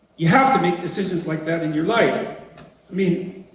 you have to make decisions like that in your life i mean